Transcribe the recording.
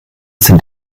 sind